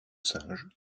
singes